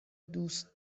دوست